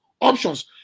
options